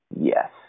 Yes